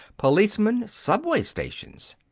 policemen, subway stations.